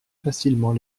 facilement